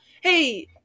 hey